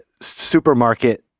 supermarket